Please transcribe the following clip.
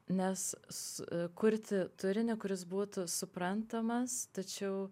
nes kurti turinį kuris būtų suprantamas tačiau